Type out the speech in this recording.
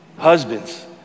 husbands